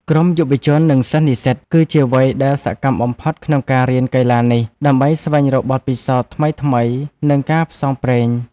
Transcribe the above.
ក្រុមយុវជន និងសិស្សនិស្សិត គឺជាវ័យដែលសកម្មបំផុតក្នុងការរៀនកីឡានេះ ដើម្បីស្វែងរកបទពិសោធន៍ថ្មីៗ និងការផ្សងព្រេង។